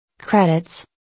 credits